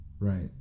Right